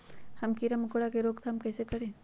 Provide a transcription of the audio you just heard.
हम किरा मकोरा के रोक थाम कईसे करी?